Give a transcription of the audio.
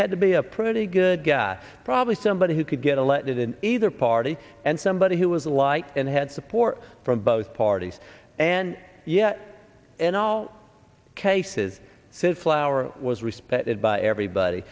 had to be a pretty good guy probably somebody who could get elected in either party and somebody who was light and had support from both parties and yet in all cases fit flower was respected by everybody